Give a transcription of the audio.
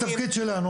התפקיד שלנו,